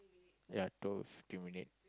yeah told fifteen minute